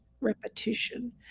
repetition